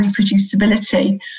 reproducibility